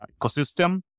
ecosystem